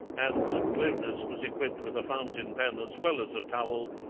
and that clovis was equipped with a fountain-pen as well as a towel,